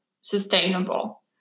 sustainable